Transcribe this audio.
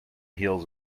heels